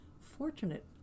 fortunate